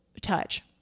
touch